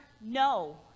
no